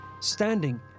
standing